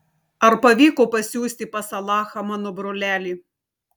ar pavyko pasiųsti pas alachą mano brolelį